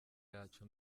yacu